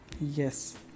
yes